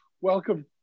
welcome